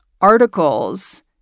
articles